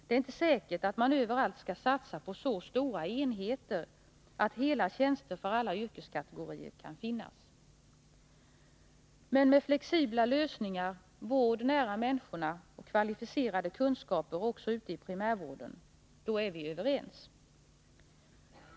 Det är inte säkert att man överallt skall satsa på så stora enheter, att hela tjänster för alla yrkeskategorier kan finnas. Men när det gäller flexibla lösningar, vård nära människorna och kvalificerade kunskaper också ute i primärvården, då är vi överens.